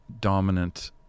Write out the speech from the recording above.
dominant